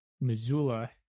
Missoula